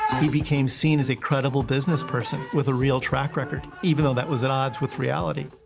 he became seen as a credible businessperson with a real track record, even though that was at odds with reality.